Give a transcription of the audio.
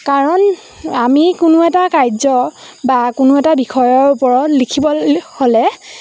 কাৰণ আমি কোনো এটা কাৰ্য বা কোনো এটা বিষয়ৰ ওপৰত লিখিবলৈ হ'লে